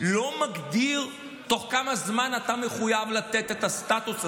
לא מגדיר בתוך כמה זמן אתה מחויב לתת את הסטטוס הזה.